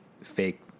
fake